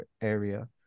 area